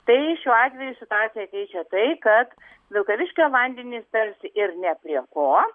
tai šiuo atveju situaciją keičia tai kad vilkaviškio vandenys tarsi ir ne prie ko